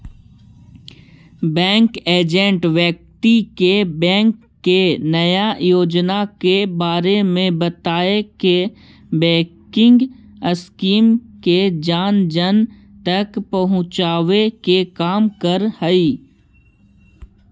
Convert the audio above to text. bank agent व्यक्ति के bank के नया योजना के बारे में बताके बैंकिंग स्कीम के जन जन तक पहुंचावे के काम करऽ हइ